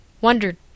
Wondered